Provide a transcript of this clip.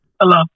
Hello